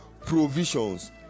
provisions